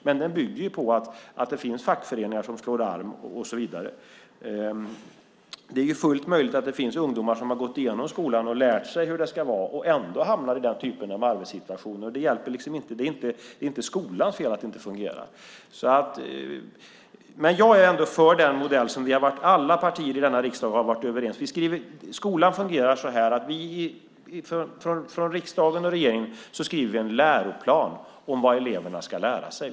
Men den bygger på att det finns fackföreningar som slår larm och så vidare. Det är fullt möjligt att det finns ungdomar som har gått igenom skolan och lärt sig hur det ska vara och ändå hamnar i den typen av arbetssituation. Det hjälper liksom inte. Det är inte skolans fel att det inte fungerar. Jag är ändå för den modell som alla partier i denna riksdag har varit överens om. Skolan fungerar så här att vi från riksdag och regering skriver en läroplan om vad eleverna ska lära sig.